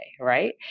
right